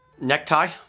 Necktie